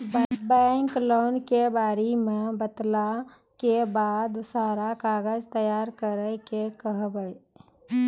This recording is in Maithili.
बैंक लोन के बारे मे बतेला के बाद सारा कागज तैयार करे के कहब?